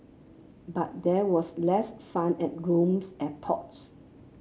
but there was less fun at Rome's airports